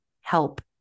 help